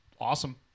Awesome